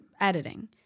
editing